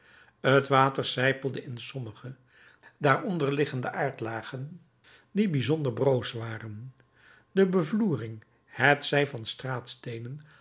het water sijpelde in sommige daaronder liggende aardlagen die bijzonder broos waren de bevloering hetzij van straatsteenen